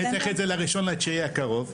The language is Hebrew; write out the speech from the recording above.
אני צריך את זה ל-1 בספטמבר הקרוב.